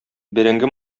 бәрәңге